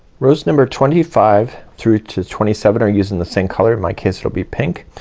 rows number twenty five through to twenty seven are using the same color. in my case it will be pink.